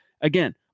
Again